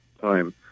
time